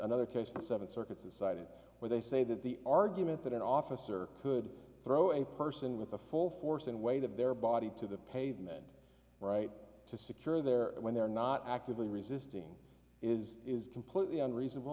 another case and seven circuits inside it where they say that the argument that an officer could throw a person with the full force and weight of their body to the pavement right to secure there when they're not actively resisting is is completely unreasonable